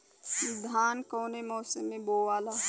धान कौने मौसम मे बोआला?